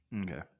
Okay